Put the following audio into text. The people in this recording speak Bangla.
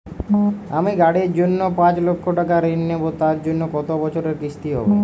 আমি গাড়ির জন্য পাঁচ লক্ষ টাকা ঋণ নেবো তার জন্য কতো বছরের কিস্তি হবে?